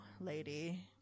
lady